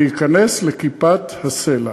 ולהיכנס לכיפת-הסלע.